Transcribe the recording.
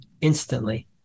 instantly